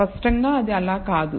స్పష్టంగా అది అలా కాదు